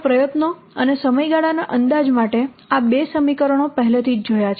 આપણે પ્રયત્નો અને સમયગાળાના અંદાજ માટે આ 2 સમીકરણો પહેલેથી જ જોયા છે